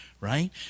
right